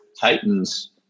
Titans